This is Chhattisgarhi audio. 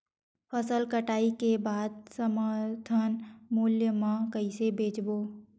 फसल कटाई के बाद समर्थन मूल्य मा कइसे बेचबो?